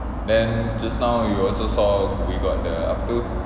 then just now you also saw we got the apa tu